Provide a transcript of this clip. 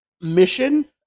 mission